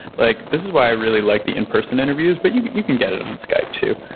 like this is why i really like the in-person interviews, but you you can get it it on skype too,